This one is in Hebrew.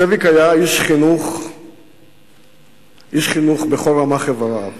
זאביק היה איש חינוך בכל רמ"ח איבריו,